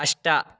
अष्ट